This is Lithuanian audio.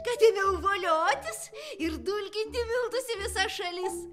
kad ėmiau voliotis ir dulkinti miltus į visas šalis